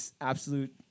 absolute